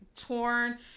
torn